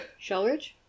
shellridge